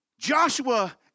Joshua